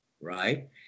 right